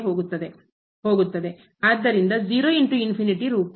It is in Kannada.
ಹೋಗುತ್ತದೆ ಆದ್ದರಿಂದ ರೂಪ